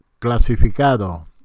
Clasificado